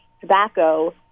tobacco